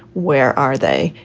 where are they?